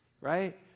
right